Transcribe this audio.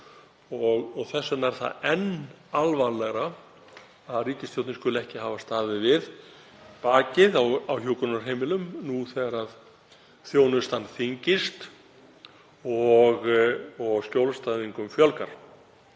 Þess vegna er það enn alvarlegra að ríkisstjórnin skuli ekki hafa staðið við bakið á hjúkrunarheimilum nú þegar þjónustan þyngist og skjólstæðingum fjölgar.